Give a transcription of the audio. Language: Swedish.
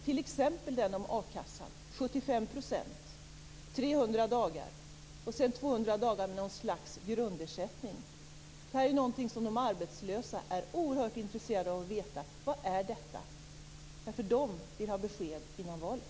t.ex. den om a-kassan, 75 %, 300 dagar och 200 dagar som något slags grundersättning. Det är någonting som de arbetslösa är oerhört intresserade av att veta. De vill ha besked innan valet.